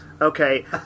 Okay